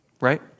right